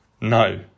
No